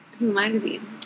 magazine